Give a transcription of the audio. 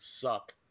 suck